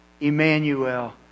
Emmanuel